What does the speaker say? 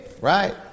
right